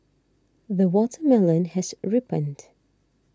the watermelon has ripened